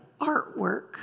artwork